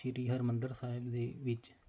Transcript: ਸ਼੍ਰੀ ਹਰਿਮੰਦਰ ਸਾਹਿਬ ਦੇ ਵਿੱਚ